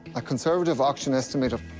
a conservative auction estimate of